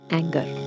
anger